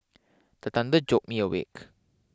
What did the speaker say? the thunder jolt me awake